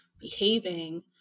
behaving